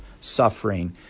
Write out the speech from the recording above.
suffering